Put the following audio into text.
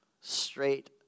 straight